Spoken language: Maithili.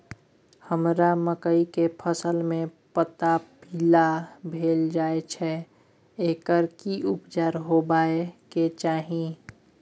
हमरा मकई के फसल में पता पीला भेल जाय छै एकर की उपचार होबय के चाही?